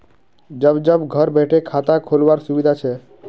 जब जब घर बैठे खाता खोल वार सुविधा छे